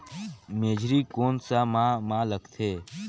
मेझरी कोन सा माह मां लगथे